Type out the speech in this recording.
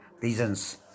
reasons